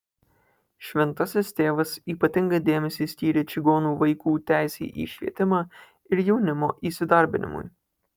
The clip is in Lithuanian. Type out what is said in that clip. šventasis tėvas ypatingą dėmesį skyrė čigonų vaikų teisei į švietimą ir jaunimo įsidarbinimui